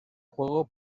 juego